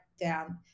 down